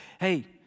Hey